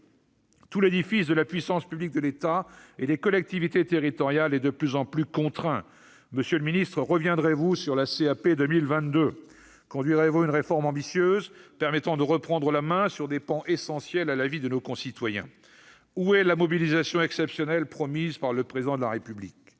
Tout l'édifice de la puissance publique de l'État et des collectivités territoriales est de plus en plus contraint. Monsieur le ministre, reviendrez-vous sur la CAP 2022 ? Conduirez-vous une réforme ambitieuse permettant de reprendre la main sur des pans essentiels à la vie de nos concitoyens ? Où est la mobilisation exceptionnelle promise par le Président de la République ?